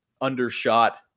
undershot